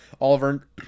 Oliver